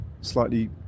slightly